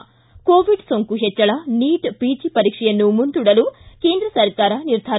ಿ ಕೋವಿಡ್ ಸೋಂಕು ಹೆಚ್ಚಳ ನೀಟ್ ಪಿಜಿ ಪರೀಕ್ಷೆಯನ್ನು ಮುಂದೂಡಲು ಕೇಂದ್ರ ಸರ್ಕಾರ ನಿರ್ಧಾರ